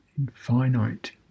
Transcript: infinite